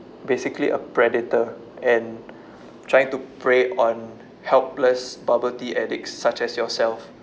basically a predator and trying to prey on helpless poverty addicts such as yourself